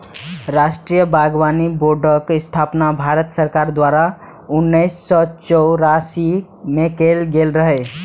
राष्ट्रीय बागबानी बोर्डक स्थापना भारत सरकार द्वारा उन्नैस सय चौरासी मे कैल गेल रहै